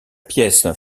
pièce